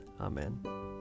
Amen